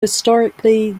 historically